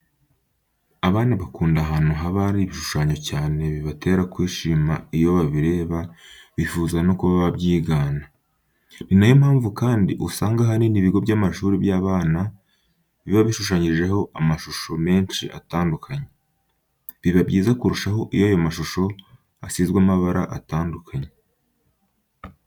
Abana bakunda ahantu haba hari ibishushanyo cyane bibatera kwishima iyo babireba bifuza no kuba babyigana. Ni na yo mpamvu kandi usanga ahanini ibigo by'amashuri by'abana biba bishushanyijeho amashusho menshi atandukanye. Biba byiza kurushaho iyo ayo mashusho asizwe amabara atandukanye.